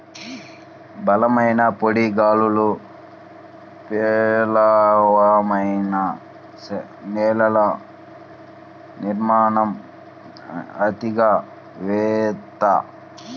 బలమైన పొడి గాలులు, పేలవమైన నేల నిర్మాణం, అతిగా మేత